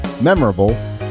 memorable